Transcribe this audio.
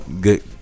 good